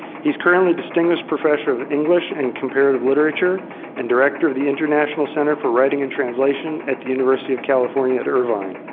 he is currently distinguished professor of english and comparative literature and director of the international center for writing and translation at the university of california at irvine.